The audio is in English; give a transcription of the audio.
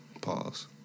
Pause